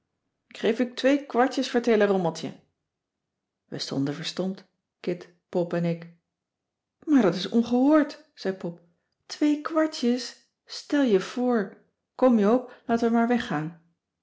geef u twee kwartjes voor t heele rommeltje we stonden verstomd kit pop en ik maar dat is ongehoord zei pop twee kwartjes stel je voor kom joop laten we maar weggaan